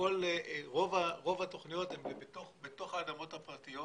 רוב התוכניות הן בתוך האדמות הפרטיות